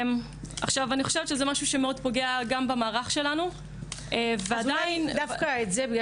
עכשיו אני חושבת שזה משהו שמאוד פוגע גם במערך שלנו ואני רק רוצה להגיד